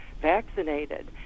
vaccinated